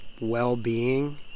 well-being